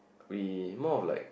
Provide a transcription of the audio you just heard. we more of like